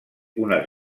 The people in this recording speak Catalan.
unes